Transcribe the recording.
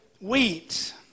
wheat